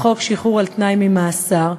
לחוק שחרור על-תנאי ממאסר,